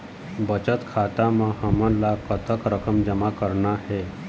बचत खाता म हमन ला कतक रकम जमा करना हे?